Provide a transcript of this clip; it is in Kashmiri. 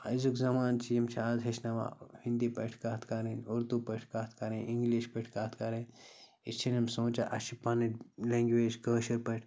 أزیُک زَمانہٕ چھِ یِم چھِ آز ہیٚچھناوان ہِندی پٲٹھۍ کَتھ کَرٕنۍ اُردو پٲٹھۍ کَتھ کَرٕنۍ اِنٛگلِش پٲٹھۍ کَتھ کَرٕنۍ یہِ چھِنہٕ یِم سونٛچان اَسہِ چھِ پَنٕنۍ لینٛگویج کٲشِر پٲٹھۍ